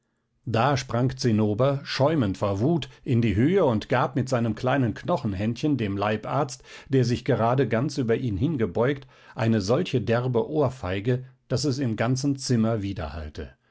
da sprang zinnober schäumend vor wut in die höhe und gab mit seinem kleinen knochenhändchen dem leibarzt der sich gerade ganz über ihn hingebeugt eine solche derbe ohrfeige daß es im ganzen zimmer